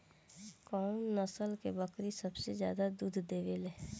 कउन नस्ल के बकरी सबसे ज्यादा दूध देवे लें?